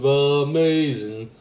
amazing